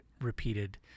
repeated